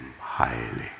highly